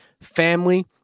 family